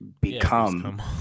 become